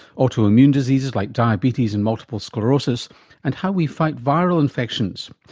autoimmune diseases like diabetes and multiple sclerosis and how we fight viral infections.